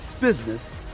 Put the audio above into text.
business